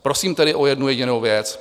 Prosím tedy o jednu jedinou věc.